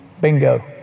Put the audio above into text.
Bingo